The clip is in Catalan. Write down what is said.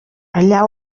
allà